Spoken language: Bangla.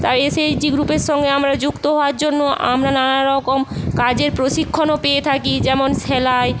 তাই এসএইচজি গ্রুপের সঙ্গে আমরা যুক্ত হওয়ার জন্য আমরা নানা রকম কাজের প্রশিক্ষণও পেয়ে থাকি যেমন সেলাই